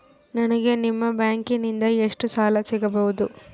ನನಗ ನಿಮ್ಮ ಬ್ಯಾಂಕಿನಿಂದ ಎಷ್ಟು ಸಾಲ ಸಿಗಬಹುದು?